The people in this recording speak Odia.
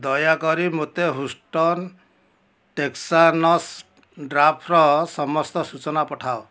ଦୟାକରି ମୋତେ ହ୍ୟୁଷ୍ଟନ୍ ଟେକ୍ସାସ୍ ଡ୍ରାଫ୍ଟ୍ର ସମସ୍ତ ସୂଚନା ପଠାଅ